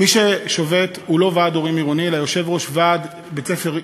מי ששובת הוא לא ועד הורים עירוני אלא יושב-ראש ועד בית-ספר יישובי.